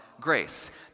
grace